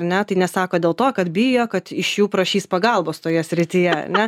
ar ne tai nesako dėl to kad bijo kad iš jų prašys pagalbos toje srityje ar ne bet ką noriu pasakyti kad ten galim